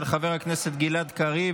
של חבר הכנסת גלעד קריב.